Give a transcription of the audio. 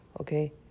Okay